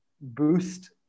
boost